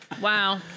Wow